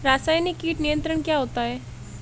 रसायनिक कीट नियंत्रण क्या होता है?